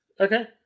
Okay